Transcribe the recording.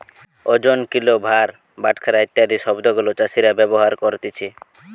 ওজন, কিলো, ভার, বাটখারা ইত্যাদি শব্দ গুলা চাষীরা ব্যবহার করতিছে